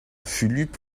fulup